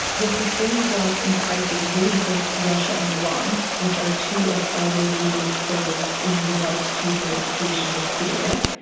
the sustained drop in prices really hurts in russia and iran, which are two of saudi arabia's foes in regards to the situation in syria.